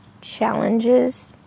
challenges